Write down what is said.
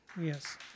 yes